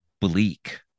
bleak